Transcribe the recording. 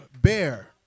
bear